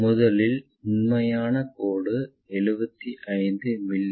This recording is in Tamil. முதலில் உண்மையான கோடு 75 மி